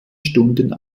stunden